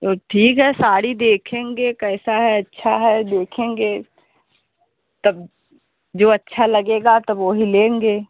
तो ठीक है साड़ी देखेंगे कैसी है अच्छा है देखेंगे तब जो अच्छा लगेगा तब वही लेंगे